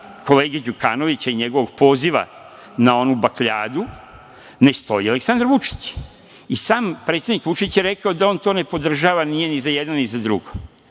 kolege Đukanovića i njegovog poziva na onu bakljadu ne stoji Aleksandar Vučić. Sam predsednik Vučić je rekao da on to ne podržava, nije ni za jedno ni za drugo.